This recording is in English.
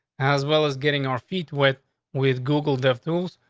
as well as getting our feet with with google def tools,